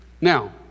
Now